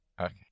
Okay